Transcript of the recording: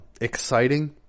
exciting